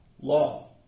law